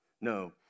No